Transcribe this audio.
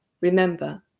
Remember